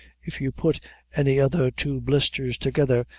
if you put any other two blisthers together,